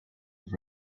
with